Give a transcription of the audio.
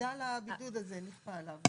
ידע על הבידוד הזה, נכפה עליו.